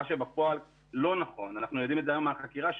מה שבפועל לא נכון ואנחנו יודעים את זה היום מהחקירה,